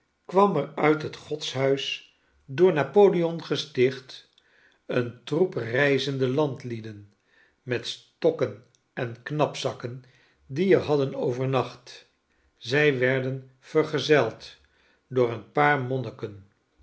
kwam er uit het godshuis door napoleon gesticht een troep reizende landlieden met stokken enknapzakken die er hadden overnacht zij werden verzeld door een paar monniken